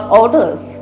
orders